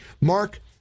Mark